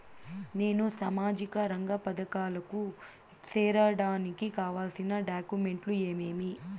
నేను సామాజిక రంగ పథకాలకు సేరడానికి కావాల్సిన డాక్యుమెంట్లు ఏమేమీ?